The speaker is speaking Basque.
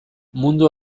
mundu